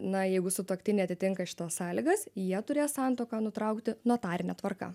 na jeigu sutuoktiniai atitinka šitas sąlygas jie turės santuoką nutraukti notarine tvarka